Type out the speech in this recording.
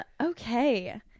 okay